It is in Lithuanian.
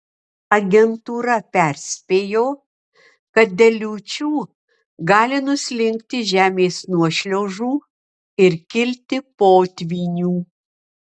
agentūra perspėjo kad dėl liūčių gali nuslinkti žemės nuošliaužų ir kilti potvynių